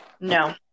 No